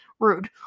rude